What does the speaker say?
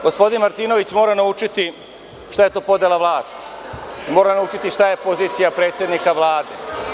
Gospodin Martinović mora naučiti šta je to podela vlasti, mora naučiti šta je pozicija predsednika Vlade.